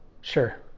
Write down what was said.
Sure